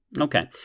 Okay